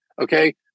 okay